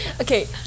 Okay